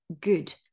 good